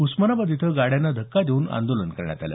उस्मानाबाद इथं गाड्यांना धक्का देऊन आंदोलन करण्यात आलं